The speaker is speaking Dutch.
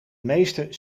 meeste